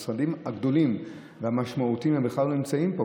המשרדים הגדולים והמשמעותיים בכלל לא נמצאים פה,